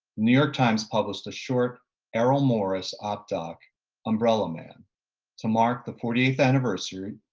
new york times published a short errol morris op doc umbrella man to mark the fortieth anniversary,